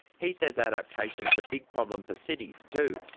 he says adaptation is a big problem for cities, too,